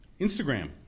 instagram